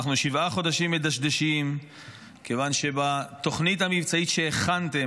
אנחנו שבעה חודשים מדשדשים מכיוון שבתוכנית המבצעית שהכנתם,